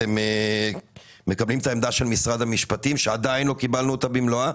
אתם מקבלים את העמדה של משרד המשפטים שעדיין לא קיבלנו במלואה?